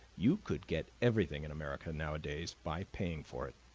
you could get everything in america nowadays by paying for it.